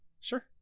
Sure